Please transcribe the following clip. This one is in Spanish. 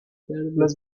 las